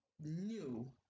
new